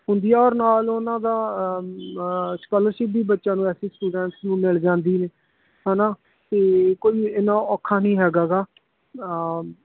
ਹੁੰਦੀ ਆ ਔਰ ਨਾਲ ਉਹਨਾਂ ਦਾ ਸਕਾਲਰਸ਼ਿਪ ਵੀ ਬੱਚਿਆਂ ਨੂੰ ਐਸ ਸੀ ਸਟੂਡੈਂਟਸ ਨੂੰ ਮਿਲ ਜਾਂਦੀ ਨੇ ਹੈ ਨਾ ਅਤੇ ਕੋਈ ਇੰਨਾ ਔਖਾ ਨਹੀਂ ਹੈਗਾ ਗਾ